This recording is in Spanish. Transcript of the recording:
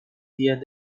días